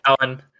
Alan